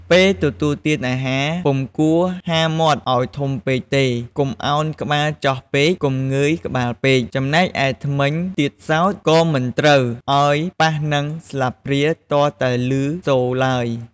ពេលទទួលទានអាហារ ពុំគួរហាមាត់ឲ្យធំពេកទេ កុំឱនក្បាលចុះពេក កុំងើយក្បាលពេក ចំណែកឯធ្មេញទៀតសោតក៏មិនត្រូវឲ្យប៉ះនឹងស្លាបព្រាទាល់តែឮសូរឡើយ។